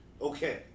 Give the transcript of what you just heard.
Okay